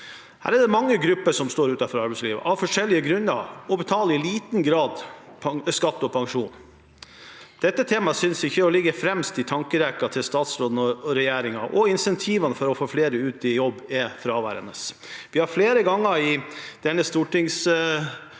forskjellige grunner står utenfor arbeidslivet, og som i liten grad betaler skatt og pensjon. Dette temaet synes ikke å ligge fremst i tankerekken til statsråden og regjeringen, og insentivene for å få flere ut i jobb er fraværende. Vi har flere ganger i denne stortingsperioden